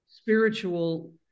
Spiritual